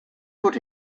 put